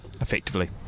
effectively